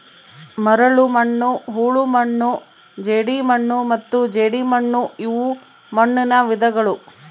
ಮರಳುಮಣ್ಣು ಹೂಳುಮಣ್ಣು ಜೇಡಿಮಣ್ಣು ಮತ್ತು ಜೇಡಿಮಣ್ಣುಇವು ಮಣ್ಣುನ ವಿಧಗಳು